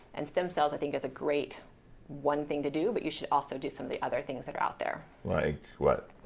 and stem cells i think is a great one thing to do, but you should also do some of the other things that are out there like what?